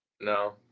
No